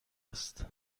است